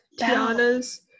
Tiana's